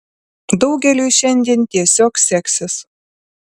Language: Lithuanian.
daugeliui šiandien tiesiog seksis